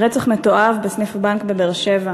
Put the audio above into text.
רצח מתועב בסניף בנק בבאר-שבע.